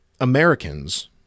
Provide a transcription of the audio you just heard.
Americans